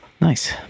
Nice